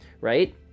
right